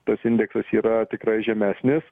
tas indeksas yra tikrai žemesnis